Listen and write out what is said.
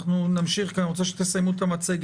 אנחנו נמשיך כי אני רוצה שתסיימו את המצגת.